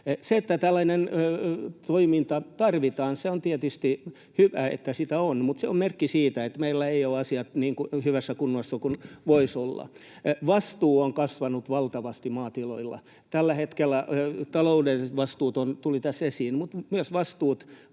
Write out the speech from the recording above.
Tällaista toimintaa tarvitaan, ja on tietysti hyvä, että sitä on, mutta se on merkki siitä, että meillä ei ole asiat niin hyvässä kunnossa kuin voisi olla. Vastuu on kasvanut valtavasti maatiloilla. Taloudelliset vastuut tulivat tässä esiin, mutta tällä